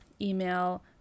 email